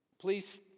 please